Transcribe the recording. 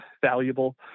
valuable